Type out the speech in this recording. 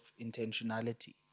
intentionality